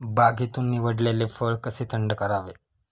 बागेतून निवडलेले फळ कसे थंड करावे?